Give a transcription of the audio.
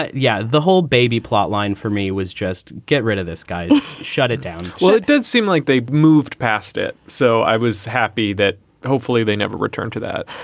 but yeah. the whole baby plotline for me was just get rid of this, guys. shut it down well, it did seem like they moved past it, so i was happy that hopefully they never returned to that.